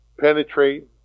penetrate